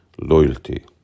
loyalty